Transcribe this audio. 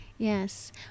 Yes